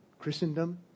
Christendom